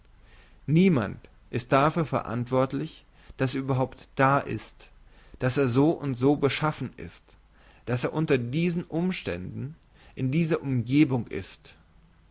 niemand ist dafür verantwortlich dass er überhaupt da ist dass er so und so beschaffen ist dass er unter diesen umständen in dieser umgebung ist